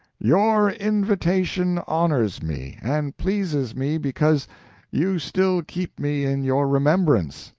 your invitation honors me and pleases me because you still keep me in your remembrance,